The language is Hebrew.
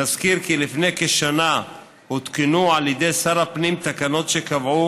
נזכיר כי לפני כשנה הותקנו על ידי שר הפנים תקנות שקבעו